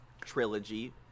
trilogy